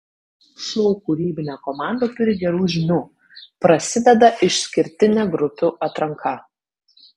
šou kūrybinė komanda turi gerų žinių prasideda išskirtinė grupių atranka